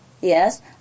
Yes